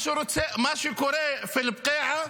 מה שקורה באל-בקיעה